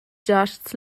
giasts